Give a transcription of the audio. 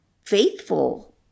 faithful